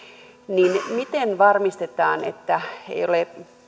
niin miten varmistetaan että